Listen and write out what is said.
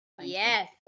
yes